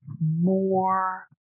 more